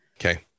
Okay